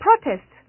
protest